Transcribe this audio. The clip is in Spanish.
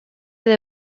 the